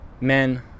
men